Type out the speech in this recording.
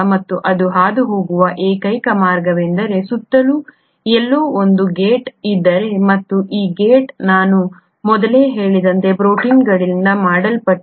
ಮತ್ತು ಅದು ಹಾದುಹೋಗುವ ಏಕೈಕ ಮಾರ್ಗವೆಂದರೆ ಸುತ್ತಲೂ ಎಲ್ಲೋ ಒಂದು ಗೇಟ್ ಇದ್ದರೆ ಮತ್ತು ಈ ಗೇಟ್ ನಾನು ಮೊದಲೇ ಹೇಳಿದಂತೆ ಪ್ರೋಟೀನ್ಗಳಿಂದ ಮಾಡಲ್ಪಟ್ಟಿದೆ